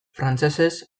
frantsesez